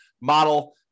model